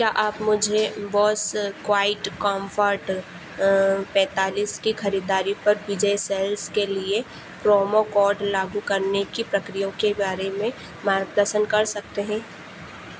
क्या आप मुझे बोस क्वाइटकॉम्फोर्ट पैंतालीस की खरीदारी पर विजय सेल्स के लिए प्रोमो कोड लागू करने की प्रक्रिया के बारे में मार्गदर्शन कर सकते हैं